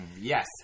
Yes